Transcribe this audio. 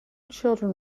children